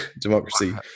democracy